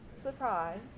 surprise